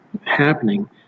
happening